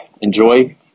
Enjoy